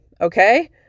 Okay